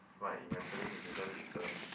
but he eventually didn't return